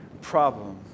problem